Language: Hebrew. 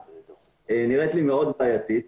נראה לי מאוד בעייתי.